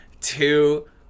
two